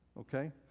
okay